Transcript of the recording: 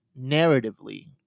narratively